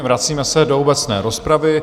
Vracíme se do obecné rozpravy.